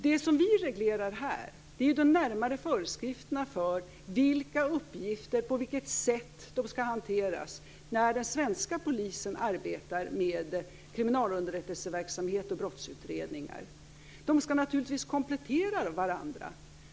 Det vi reglerar här är de närmare föreskrifterna för vilka uppgifter det handlar om och på vilket sätt de skall hanteras när den svenska polisen arbetar med kriminalunderrättelseverksamhet och brottsutredningar. De skall naturligtvis komplettera varandra.